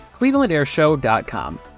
clevelandairshow.com